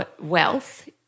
wealth